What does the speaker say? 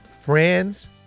Friends